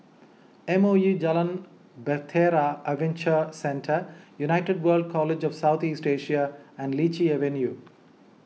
M O E Jalan Bahtera Adventure Centre United World College of South East Asia and Lichi Avenue